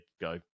go